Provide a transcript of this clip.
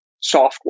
software